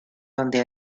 donde